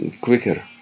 quicker